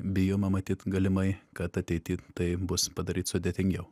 bijoma matyt galimai kad ateity tai bus padaryt sudėtingiau